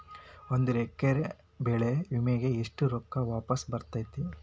ಒಂದು ಎಕರೆ ಬೆಳೆ ವಿಮೆಗೆ ಎಷ್ಟ ರೊಕ್ಕ ವಾಪಸ್ ಬರತೇತಿ?